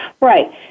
Right